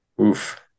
Oof